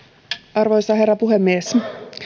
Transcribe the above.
arvoisa herra puhemies